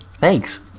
Thanks